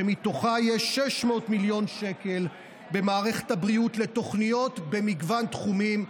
ומתוכה יש 600 מיליון שקל במערכת הבריאות לתוכניות במגוון תחומים,